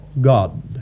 God